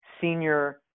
senior